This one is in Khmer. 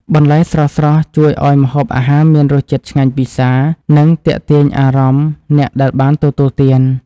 បន្លែស្រស់ៗជួយឱ្យម្ហូបអាហារមានរសជាតិឆ្ងាញ់ពិសា និងទាក់ទាញអារម្មណ៍អ្នកដែលបានទទួលទាន។